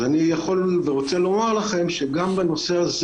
אז אני יכול ורוצה לומר לכם שגם בנושא הזה